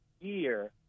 year